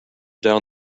down